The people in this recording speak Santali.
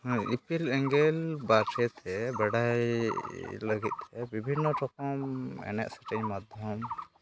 ᱦᱮᱸ ᱤᱯᱤᱞ ᱮᱸᱜᱮᱞ ᱵᱟᱨᱮᱛᱮ ᱵᱟᱲᱟᱭ ᱞᱟᱹᱜᱤᱫᱛᱮ ᱵᱤᱵᱷᱤᱱᱱᱚ ᱨᱚᱠᱚᱢ ᱮᱱᱮᱡᱼᱥᱮᱨᱮᱧ ᱢᱟᱫᱽᱫᱷᱚᱢ